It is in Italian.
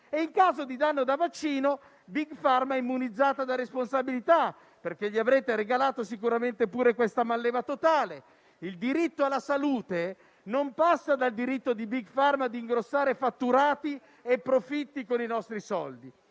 e in caso di danno da vaccino, Big Pharma è immunizzata da responsabilità perché gli avrete regalato sicuramente pure questa malleva totale. Il diritto alla salute non passa dal diritto di Big Pharma di ingrossare fatturati e profitti con i nostri soldi.